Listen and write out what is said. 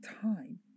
time